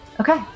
okay